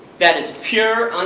that is pure,